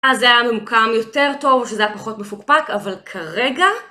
אז זה היה ממוקם יותר טוב, שזה היה פחות מפוקפק, אבל כרגע...